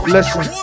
Listen